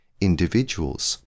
individuals